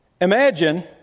Imagine